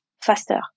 faster